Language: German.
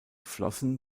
flossen